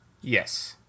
Yes